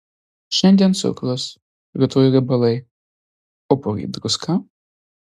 šiandien cukrus rytoj riebalai o poryt druska